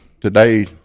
today